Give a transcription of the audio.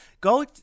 go